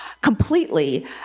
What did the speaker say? completely